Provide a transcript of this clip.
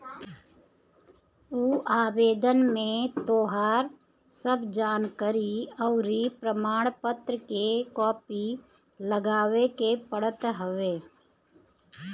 उ आवेदन में तोहार सब जानकरी अउरी प्रमाण पत्र के कॉपी लगावे के पड़त हवे